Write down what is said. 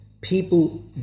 people